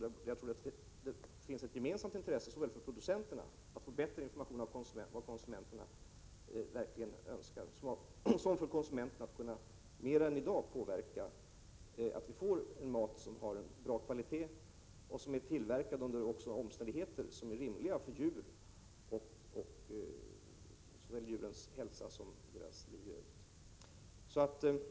Jag tror att det där finns ett gemensamt intresse, såväl för producenterna att få bättre information om vad konsumenterna verkligen önskar som för konsumenterna att mer än i dag kunna påverka möjligheterna att få mat av bra kvalitet, tillverkad under omständigheter som är rimliga för djurens liv och hälsa.